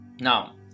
Now